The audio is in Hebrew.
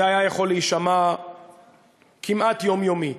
זה היה יכול להישמע כמעט יומיומי.